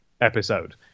episode